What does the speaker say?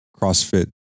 CrossFit